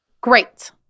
Great